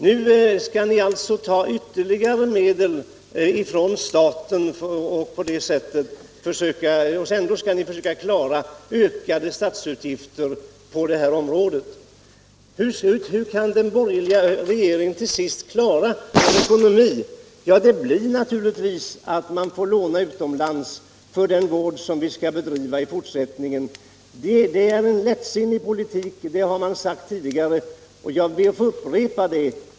Nu skall ni alltså ta ytterligare medel från staten, och ändå skall ni försöka klara ökade statsutgifter på det här området. Hur skall den borgerliga regeringen till sist klara vår ekonomi? Det blir naturligtvis så att man får låna utomlands för den vård som skall bedrivas i fortsättningen. Det är en lättsinnig politik. Det har man sagt tidigare, och jag ber att få upprepa det.